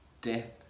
Death